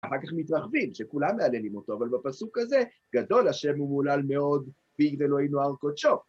אחר כך מתרחבים, שכולם מהללים אותו, אבל בפסוק הזה גדול השם הוא מהולל מאוד, בי גדלו אינו הר קודשו.